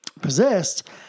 possessed